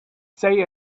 say